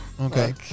okay